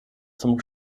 zum